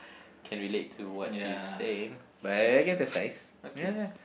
can relate to what you say but I I guess that's nice ya